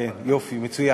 היה עלא